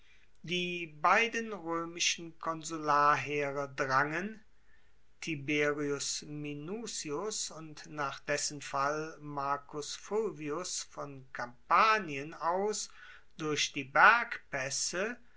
die beiden roemischen konsularheere drangen tiberius minucius und nach dessen fall marcus fulvius von kampanien aus durch die